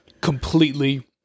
completely